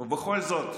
ובכל זאת,